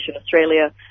Australia